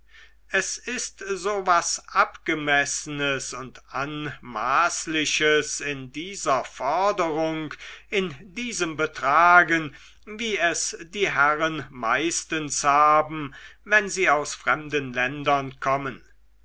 es ist so was abgemessenes und anmaßliches in dieser forderung in diesem betragen wie es die herren meistens haben wenn sie aus fremden ländern kommen